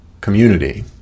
community